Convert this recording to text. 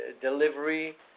delivery